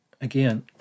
Again